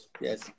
yes